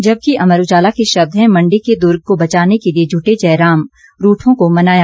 जबकि अमर उजाला के शब्द हैं मंडी के दुर्ग को बचाने के लिए जुटे जयराम रूठों को मनाया